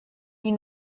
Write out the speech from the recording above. die